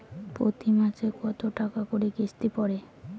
প্রতি মাসে কতো টাকা করি কিস্তি পরে?